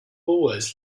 always